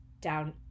down –